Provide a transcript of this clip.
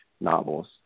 novels